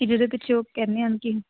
ਕਿ ਜਿਹਦੇ ਪਿੱਛੇ ਉਹ ਕਹਿੰਦੇ ਹਾਂ ਕਿ